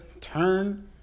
turn